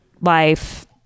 life